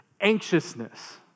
anxiousness